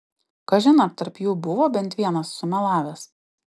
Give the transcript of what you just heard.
kažin ar tarp jų buvo bent vienas sumelavęs